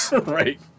Right